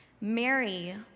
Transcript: Mary